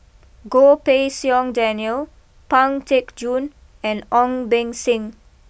Goh Pei Siong Daniel Pang Teck Joon and Ong Beng Seng